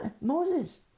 Moses